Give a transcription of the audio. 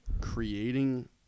creating